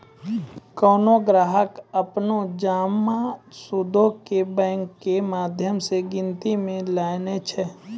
कोनो ग्राहक अपनो जमा सूदो के बैंको के माध्यम से गिनती मे लानै छै